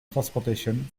transportation